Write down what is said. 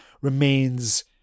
remains